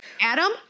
Adam